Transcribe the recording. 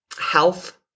Health